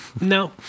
no